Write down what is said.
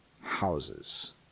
houses